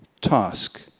task